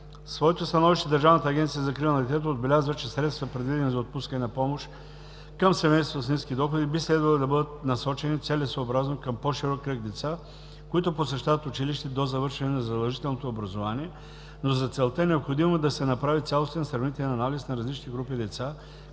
своето становище Държавната агенция за закрила на детето отбелязва, че средствата предвидени за отпускане на помощ към семействата с ниски доходи би следвало да бъдат насочени целесъобразно към по-широк кръг деца, които посещават училище до завършване на задължителното образование, но за целта е необходимо да се направи цялостен сравнителен анализ за различните групи деца,